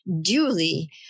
duly